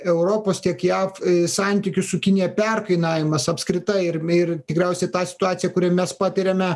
europos tiek jav santykių su kinija perkainavimas apskritai ir ir tikriausiai tą situaciją kurią mes patiriame